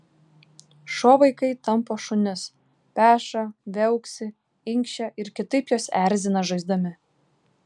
šuo vaikai tampo šunis peša viauksi inkščia ir kitaip juos erzina žaisdami